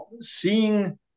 seeing